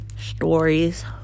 stories